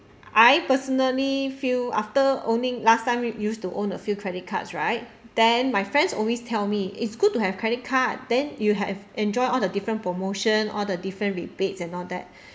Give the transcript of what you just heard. I personally feel after owning last time used to own a few credit cards right then my friends always tell me it's good to have credit card then you have enjoy all the different promotion all the different rebates and all that